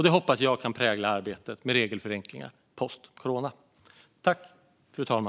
Det hoppas jag kan prägla arbetet med regelförenklingar postcorona.